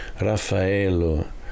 Raffaello